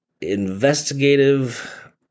investigative